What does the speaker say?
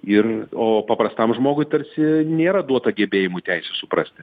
ir o paprastam žmogui tarsi nėra duota gebėjimų teisę suprasti